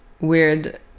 weird